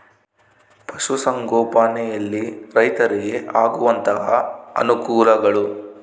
ಪಶುಸಂಗೋಪನೆಯಲ್ಲಿ ರೈತರಿಗೆ ಆಗುವಂತಹ ಅನುಕೂಲಗಳು?